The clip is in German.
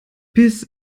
bis